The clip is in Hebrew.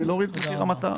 וזה על ידי הורדת מחיר המטרה,